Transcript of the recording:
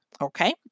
Okay